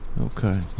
Okay